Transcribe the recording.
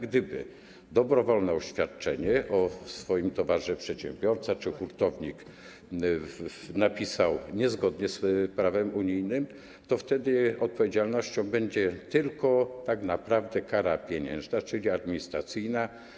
Gdyby dobrowolne oświadczenie o swoim towarze przedsiębiorca czy hurtownik napisał niezgodnie z prawem unijnym, wtedy odpowiedzialnością będzie tak naprawdę tylko kara pieniężna, czyli administracyjna.